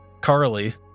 Carly